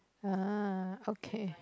uh okay